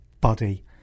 body